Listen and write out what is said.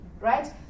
right